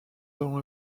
dans